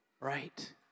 Right